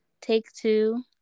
Take-Two